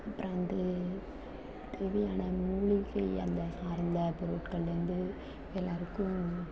அப்புறம் வந்து தேவையான மூலிகை அந்த சார்ந்த பொருட்கள்லருந்து எல்லாருக்கும்